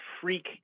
freak –